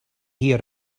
here